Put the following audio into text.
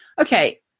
okay